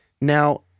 Now